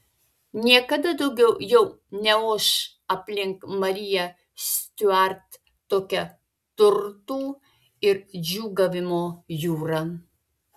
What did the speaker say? niekada daugiau jau neoš aplink mariją stiuart tokia turtų ir džiūgavimo jūra